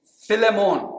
Philemon